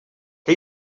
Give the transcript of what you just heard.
què